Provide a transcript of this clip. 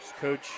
coach